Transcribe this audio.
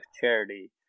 charity